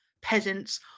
peasants